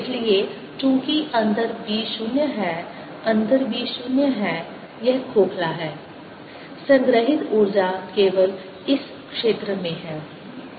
इसलिए चूंकि अंदर b 0 है अंदर b 0 है यह खोखला है संग्रहीत ऊर्जा केवल इस क्षेत्र में है